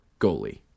goalie